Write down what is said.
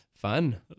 Fun